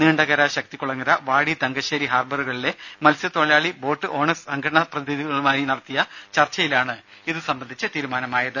നീണ്ടകര ശക്തികുളങ്ങര വാടി തങ്കശേരി ഹാർബറുകളിലെ മത്സ്യത്തൊഴിലാളി boat owners സംഘടനാ പ്രതിനിധികളുമായി നടത്തിയ ചർച്ചയിലാണ് ഇത് സംബന്ധിച്ച തീരുമാനമായത്